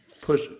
Push